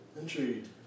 Intrigued